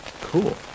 cool